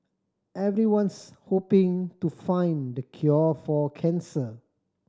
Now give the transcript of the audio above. everyone's hoping to find the cure for cancer